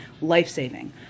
life-saving